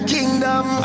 Kingdom